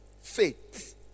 faith